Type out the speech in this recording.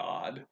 God